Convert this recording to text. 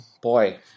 Boy